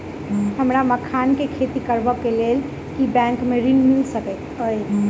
हमरा मखान केँ खेती करबाक केँ लेल की बैंक मै ऋण मिल सकैत अई?